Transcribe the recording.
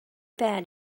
bad